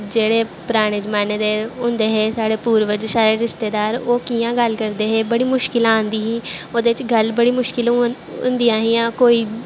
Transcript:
जेह्ड़े पराने जमान्ने दे होंदे हे साढ़े पूर्वज साढ़े रिश्तेदार ओह् कि'यां गल्ल करदे हे बड़ी मुश्किलां आंदी ही ओह्दे च गल्ल बड़ी मुश्कलें होंदियां हियां कोई